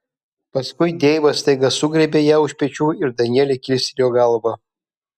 paskui deivas staiga sugriebė ją už pečių ir danielė kilstelėjo galvą